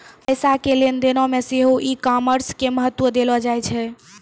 पैसा के लेन देनो मे सेहो ई कामर्स के महत्त्व देलो जाय छै